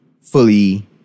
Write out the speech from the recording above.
fully